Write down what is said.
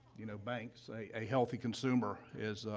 you know, banks a a healthy consumer is, ah,